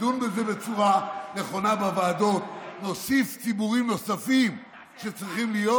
נדון בזה בצורה נכונה בוועדות ונוסיף ציבורים נוספים שצריכים להיות.